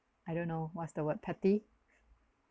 I don't know what's the word petty